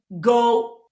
go